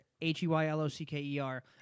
H-E-Y-L-O-C-K-E-R